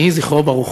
יהי זכרו ברוך.